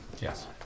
Yes